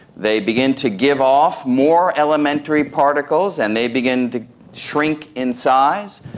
they begin to give off more elementary particles and they begin to shrink in size.